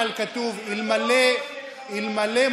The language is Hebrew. אבל כתוב, מלחמה.